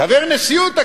חבר נשיאות הכנסת,